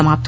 समाप्त